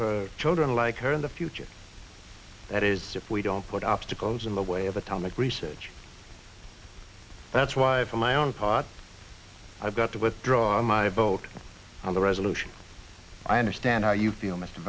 for children like her in the future that is dip we don't put obstacles in the way of atomic research that's why for my own part i've got to withdraw my vote on the resolution i understand how you feel mr